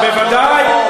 בוודאי.